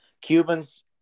Cubans